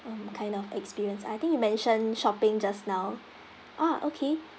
um kind of experience I think you mentioned shopping just now ah okay